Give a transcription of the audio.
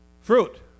Fruit